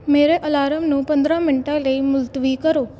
ਮੇਰੇ ਅਲਾਰਮ ਨੂੰ ਪੰਦਰਾਂ ਮਿੰਟਾਂ ਲਈ ਮੁਲਤਵੀ ਕਰੋ